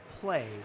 play